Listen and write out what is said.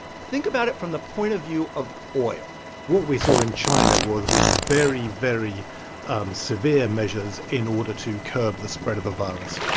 think about it from the point of view of oil what we saw in china were these very, very um severe measures in order to curb the spread of the virus.